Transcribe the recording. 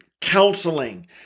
counseling